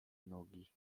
nogi